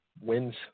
wins